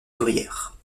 ouvrière